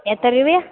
എത്ര രൂപയാണ്